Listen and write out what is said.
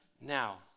now